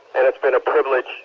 and it's been a privilege